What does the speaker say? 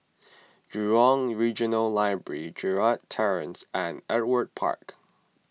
Jurong Regional Library Gerald Terrace and Ewart Park